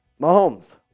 Mahomes